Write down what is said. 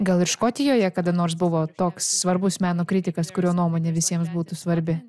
gal ir škotijoje kada nors buvo toks svarbus meno kritikas kurio nuomonė visiems būtų svarbi